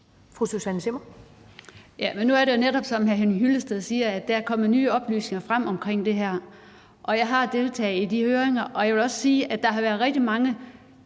Nu er det jo netop sådan, som hr. Henning Hyllested siger, at der er kommet nye oplysninger frem om det her. Jeg har deltaget i de høringer, og jeg vil også sige, at der er blevet rejst rigtig mange